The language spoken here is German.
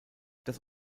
das